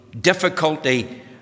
difficulty